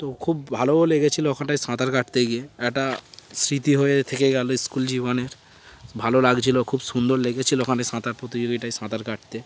তো খুব ভালোও লেগেছিলো ওখানটায় সাঁতার কাটতে গিয়ে একটা স্মৃতি হয়ে থেকে গেলো স্কুল জীবনের ভালো লাগছিলো খুব সুন্দর লেগেছিলো ওখানে সাঁতার প্রতিযোগিতায় সাঁতার কাটতে